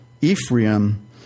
Ephraim